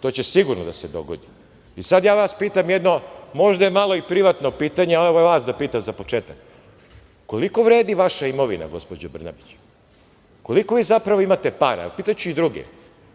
to će sigurno da se dogodi. Sad ja vas pitam jedno, možda je i malo privatno pitanje, a evo vas da pitam za početak – koliko vredi vaša imovina, gospođo Brnabić? Koliko vi zapravo imate para? Pitaću i druge.